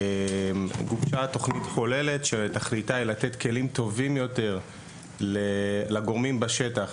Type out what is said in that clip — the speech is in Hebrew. גובשה תוכנית כוללת שתכליתה לתת כלים טובים יותר לגורמים בשטח,